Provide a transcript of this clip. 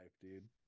dude